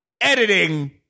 editing